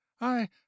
I